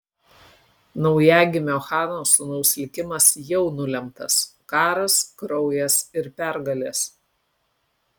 naujagimio chano sūnaus likimas jau nulemtas karas kraujas ir pergalės